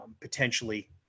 potentially